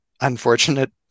unfortunate